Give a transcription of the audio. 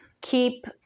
keep